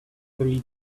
three